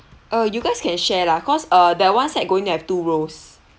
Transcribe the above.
uh you guys can share lah cause uh that [one] side going to have two rolls